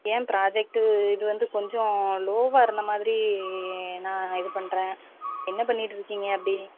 ஏன் ப்ராஜெக்ட்டு இது வந்து கொஞ்சம் லோவ்வாக இருந்தமாதிரி நான் இது பண்ணுறேன் என்ன பண்ணிட்டுருக்கிங்க அப்படி